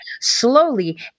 slowly